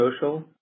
social